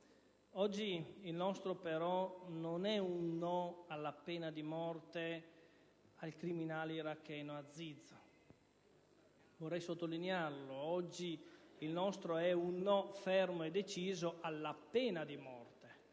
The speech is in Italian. Oggi il nostro però non è un no alla pena di morte per il criminale iracheno Aziz: vorrei sottolinearlo, oggi il nostro è un no fermo e deciso alla pena di morte.